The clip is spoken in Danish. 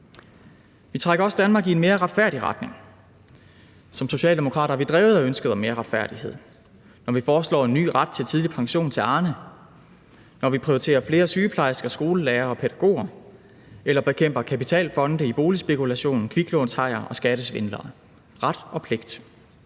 Vi trækker også Danmark i en mere retfærdig retning. Som socialdemokrater er vi drevet af ønsket om mere retfærdighed, når vi foreslår en ny ret til tidlig pension til Arne, når vi prioriterer flere sygeplejersker, skolelærere og pædagoger eller bekæmper kapitalfonde i boligspekulation, kviklånshajer og skattesvindlere. Ret og pligt.